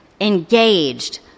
engaged